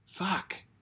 Fuck